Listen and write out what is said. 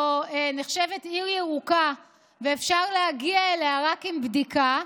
שנחשבת עיר ירוקה, ואפשר להגיע אליה רק עם בדיקה,